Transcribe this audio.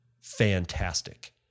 fantastic